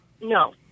No